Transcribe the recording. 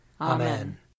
Amen